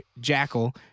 Jackal